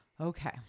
okay